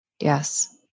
Yes